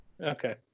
Okay